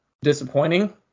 disappointing